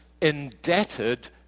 indebted